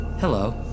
Hello